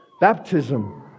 Baptism